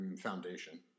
foundation